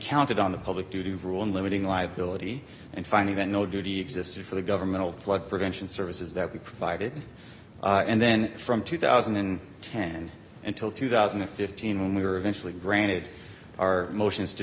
counted on the public to do rule in limiting liability and finding that no duty existed for the governmental flood prevention services that we provided and then from two thousand and ten until two thousand and fifteen when we were eventually granted our motions to